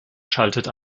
schaltet